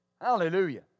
Hallelujah